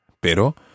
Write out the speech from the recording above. Pero